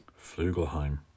Flugelheim